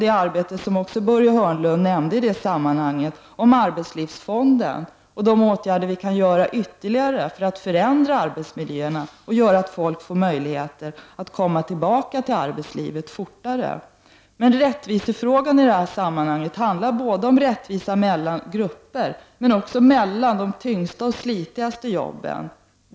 Till detta hör också det Börje Hörnlund i sammanhanget sade om Arbetslivsfonden och de åtgärder som ytterligare kan vidtas för att förändra arbetsmiljön och göra att människor fortare ges möjligheter att komma tillbaka till arbetslivet. Det handlar således både om rättvisa mellan olika grupper och rättvisa för dem som utför de tyngsta och mest slitsamma jobben.